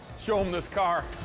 show him this car.